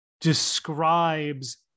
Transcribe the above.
describes